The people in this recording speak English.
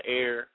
air